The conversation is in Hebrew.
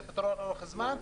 זה פתרון לאורך זמן,